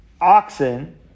oxen